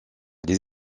les